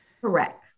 Correct